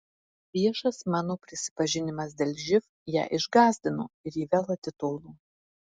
bet viešas mano prisipažinimas dėl živ ją išgąsdino ir ji vėl atitolo